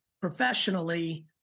professionally